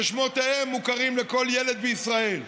ששמותיהם מוכרים לכל ילד בישראל,